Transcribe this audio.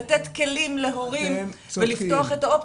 לתת כלים להורים ולפתוח את האופציות.